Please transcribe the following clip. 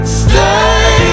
stay